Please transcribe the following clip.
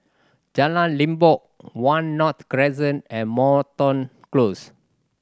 Jalan Limbok One North Crescent and Moreton Close